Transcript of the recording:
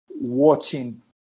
watching